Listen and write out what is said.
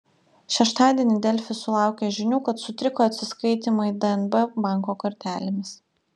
šeštadienį delfi sulaukė žinių kad sutriko atsiskaitymai dnb banko kortelėmis